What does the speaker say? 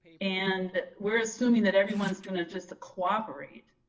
and we're assuming that everyone's going to just cooperate,